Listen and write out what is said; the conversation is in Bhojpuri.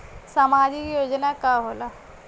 सामाजिक योजना का होला?